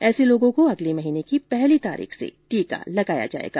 ऐसे लोगों को अगले महीने की पहली तारीख से टीका लगाया जाएगा